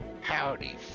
Howdy